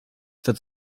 that